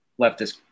leftist